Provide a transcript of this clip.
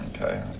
Okay